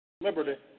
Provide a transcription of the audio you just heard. liberty